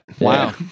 wow